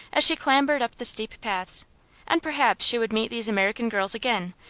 as she clambered up the steep paths and perhaps she would meet these american girls again,